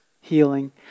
healing